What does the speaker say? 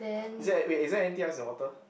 is there wait is there anything else in the water